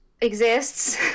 exists